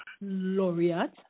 laureate